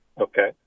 Okay